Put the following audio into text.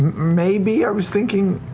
maybe i was thinking